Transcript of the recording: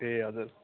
ए हजुर